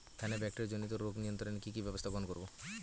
ধানের ব্যাকটেরিয়া জনিত রোগ নিয়ন্ত্রণে কি কি ব্যবস্থা গ্রহণ করব?